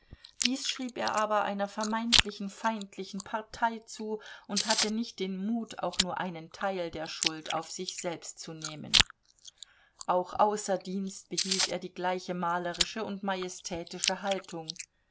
dies schrieb er aber einer vermeintlichen feindlichen partei zu und hatte nicht den mut auch nur einen teil der schuld auf sich selbst zu nehmen auch außer dienst behielt er die gleiche malerische und majestätische haltung